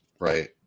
Right